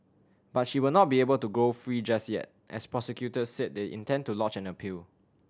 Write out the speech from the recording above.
but she will not be able to go free just yet as prosecutors said they intend to lodge an appeal